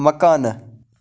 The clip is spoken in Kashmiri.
مکانہٕ